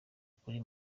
kuri